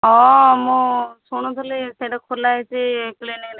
ଓ ମୁଁ ଶୁଣିଥିଲି ସେଇଟା ଖୋଲା ହେଇଛି